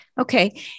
Okay